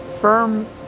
firm